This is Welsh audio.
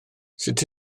sut